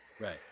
Right